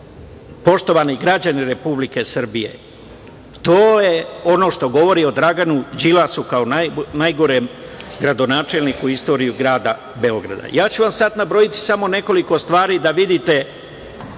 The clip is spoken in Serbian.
citat. Poštovani građani Republike Srbije, to je ono što govori o Draganu Đilasu kao o najgorem gradonačelniku istorije grada Beograda. Nabrojaću vam sada samo nekoliko stvari da vidite